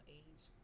age